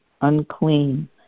unclean